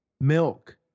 Milk